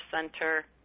center